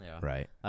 Right